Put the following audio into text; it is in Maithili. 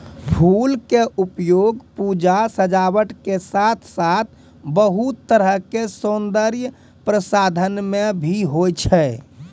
फूल के उपयोग पूजा, सजावट के साथॅ साथॅ बहुत तरह के सौन्दर्य प्रसाधन मॅ भी होय छै